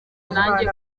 nanjye